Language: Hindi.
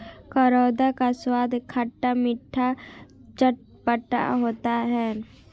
करौंदा का स्वाद खट्टा मीठा चटपटा होता है